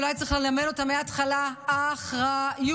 ואולי צריך ללמד אותה מההתחלה: אחריות.